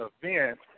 event